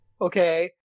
Okay